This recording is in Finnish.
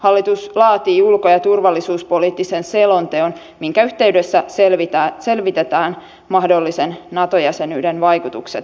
hallitus laatii ulko ja turvallisuuspoliittisen selonteon minkä yhteydessä selvitetään mahdollisen nato jäsenyyden vaikutukset suomelle